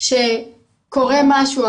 כשקורה משהו,